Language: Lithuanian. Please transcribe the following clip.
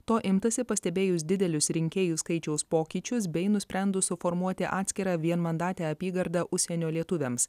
to imtasi pastebėjus didelius rinkėjų skaičiaus pokyčius bei nusprendus suformuoti atskirą vienmandatę apygardą užsienio lietuviams